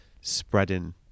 spreading